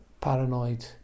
paranoid